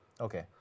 Okay